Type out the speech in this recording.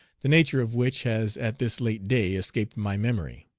the nature of which has at this late day escaped my memory.